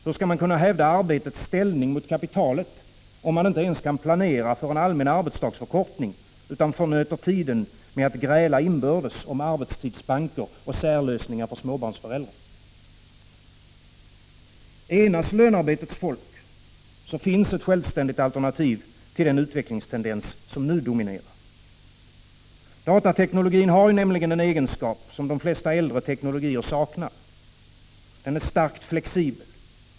Hur skall man kunna hävda arbetets ställning mot kapitalet, om man inte ens kan planera för en allmän arbetsdagsförkortning utan förnöter tiden med att gräla inbördes om arbetstidsbanker och särlösningar för småbarnsföräldrar? Enas lönarbetets folk, finns ett självständigt alternativ till den utvecklingstendens som nu dominerar. Datateknologin har nämligen en egenskap som de flesta äldre teknologier saknar. Den är starkt flexibel.